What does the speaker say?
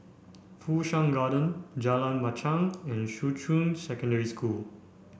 Fu Shan Garden Jalan Machang and Shuqun Secondary School